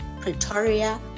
Pretoria